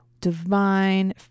divine